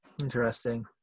Interesting